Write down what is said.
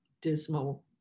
dismal